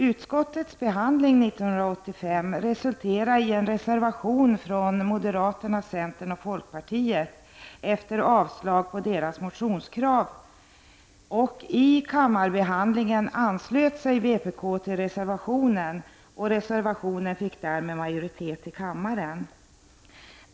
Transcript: Utskottets behandling 1985 resulterade i en reservation från moderaterna, centern och folkpartiet sedan deras motionskrav avstyrkts. I kammarbehandlingen anslöt sig vänsterpartiet till reservationen, och reservationen fick därmed majoritet i kammaren.